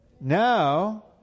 Now